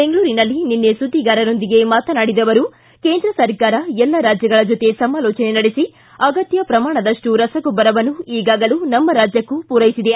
ಬೆಂಗಳೂರಿನಲ್ಲಿ ನಿನ್ನೆ ಸುದ್ದಿಗಾರರೊಂದಿಗೆ ಮಾತನಾಡಿದ ಅವರು ಕೇಂದ್ರ ಸರ್ಕಾರ ಎಲ್ಲ ರಾಜ್ಯಗಳ ಜೊತೆ ಸಮಾಲೋಚನೆ ನಡೆಸ ಅಗತ್ಯ ಪ್ರಮಾಣದಪ್ಟು ರಸಗೊಬ್ಬರವನ್ನು ಈಗಾಗಲೇ ನಮ್ಮ ರಾಜ್ಯಕ್ಕೂ ಪೂರೈಸಿದೆ